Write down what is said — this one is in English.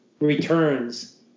returns